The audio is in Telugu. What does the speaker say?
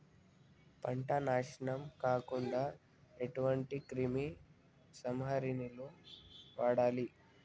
పంట నాశనం కాకుండా ఎటువంటి క్రిమి సంహారిణిలు వాడాలి?